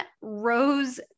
Rose